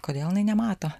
kodėl jinai nemato